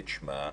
את שמה,